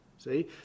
See